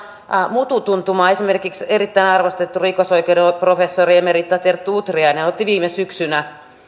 mututuntumaa esimerkiksi erittäin arvostettu rikosoikeuden professori emerita terttu utriainen otti viime syksynä